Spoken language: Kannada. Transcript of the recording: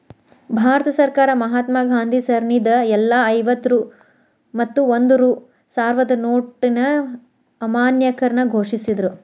ಭಾರತ ಸರ್ಕಾರ ಮಹಾತ್ಮಾ ಗಾಂಧಿ ಸರಣಿದ್ ಎಲ್ಲಾ ಐವತ್ತ ರೂ ಮತ್ತ ಒಂದ್ ರೂ ಸಾವ್ರದ್ ನೋಟಿನ್ ಅಮಾನ್ಯೇಕರಣ ಘೋಷಿಸಿದ್ರು